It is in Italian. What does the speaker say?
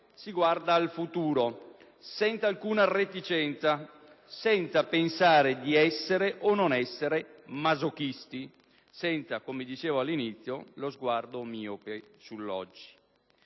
si guarda al futuro senza alcuna reticenza, senza pensare di essere o non essere masochisti; senza, come dicevo all'inizio, lo sguardo miope sull'oggi.